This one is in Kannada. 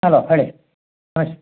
ಹಲೋ ಹೇಳಿ ಹಾಂ